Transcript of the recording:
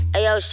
Ayo